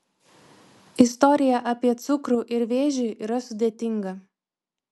istorija apie cukrų ir vėžį yra sudėtinga